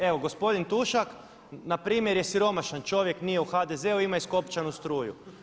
Evo gospodin Tušak npr. je siromašan čovjek, nije u HDZ-u, ima iskopčanu struju.